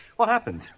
what happened?